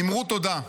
אמרו תודה,